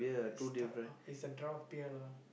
is th~ is the draft beer lah